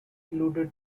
loaded